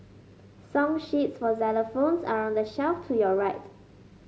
song sheets for xylophones are on the shelf to your right